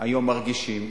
היום מרגישים,